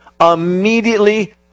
immediately